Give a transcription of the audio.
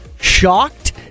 shocked